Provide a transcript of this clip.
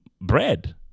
bread